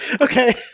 Okay